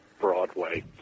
Broadway